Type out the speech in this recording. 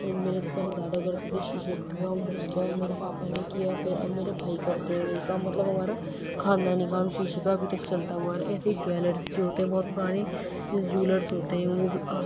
میرے پر دادا کرتے تھے شیشے کا کام پھر اس کے بعد میرے پاپا نے کیا پھر اب میرے بھائی کرتے ہیں وہی کام مطلب ہمارا خاندانی کام شیشے کا ابھی تک چلتا ہوا آ رہا ہے ایسے ہی جویلرز جو ہوتے ہیں بہت پرانے جولرز ہوتے ہیں وہ بھی